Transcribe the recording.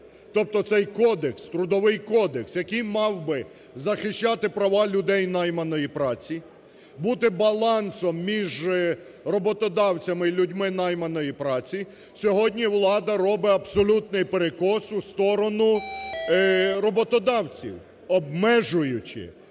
Тобто цей кодекс, Трудовий кодекс, який мав би захищати права людей найманої праці, бути балансом між роботодавцями і людьми найманої праці, сьогодні влада робить абсолютний перекос у сторону роботодавців, обмежуючи, драконівськи